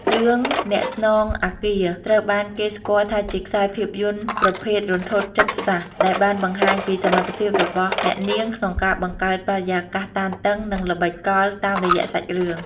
រឿង អ្នកស្នងអគារ ត្រូវបានគេស្គាល់ថាជាខ្សែភាពយន្តប្រភេទ រន្ធត់ចិត្តសាស្ត្រ ដែលបានបង្ហាញពីសមត្ថភាពរបស់អ្នកនាងក្នុងការបង្កើតបរិយាកាសតានតឹង និងល្បិចកលតាមរយៈសាច់រឿង។